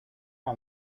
the